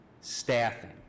staffing